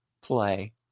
play